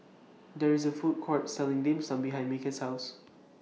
There IS A Food Court Selling Dim Sum behind Micky's House